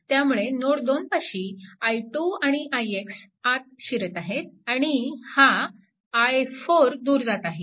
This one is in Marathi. त्यामुळे नोड 2 पाशी i2 आणि ix आत शिरत आहेत आणि हा i4 दूर जात आहे